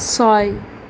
ছয়